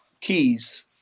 keys